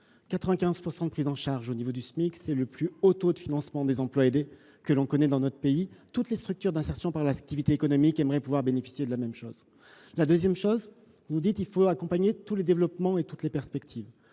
95 % de prise en charge au niveau du Smic, c’est le plus haut taux de financement des emplois aidés connu dans notre pays. Toutes les structures d’insertion par l’activité économique aimeraient pouvoir bénéficier de la même chose ! Vous dites également qu’il faut accompagner tous les développements et toutes les perspectives.